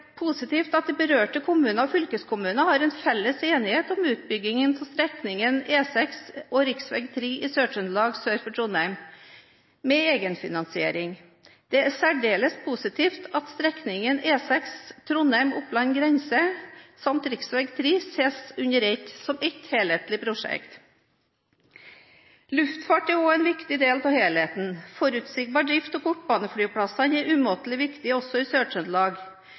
positivt at de berørte kommuner og fylkeskommuner har en felles enighet om utbyggingen av strekningen E6 og rv. 3 i Sør-Trøndelag sør for Trondheim – med egenfinansiering. Det er særdeles positivt at strekningen E6 Trondheim–Oppland grense, samt rv. 3, ses under ett, som et helhetlig prosjekt. Luftfart er også en viktig del av helheten. Forutsigbar drift av kortbaneflyplassene er umåtelig viktig, også i